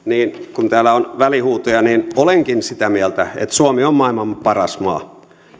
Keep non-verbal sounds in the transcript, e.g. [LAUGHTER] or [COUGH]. [UNINTELLIGIBLE] niin kun täällä on näitä välihuutoja olenkin sitä mieltä että suomi on maailman paras maa